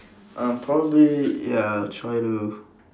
I'll probably ya try to